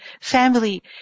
family